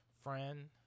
friend